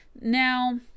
now